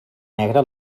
negre